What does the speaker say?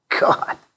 God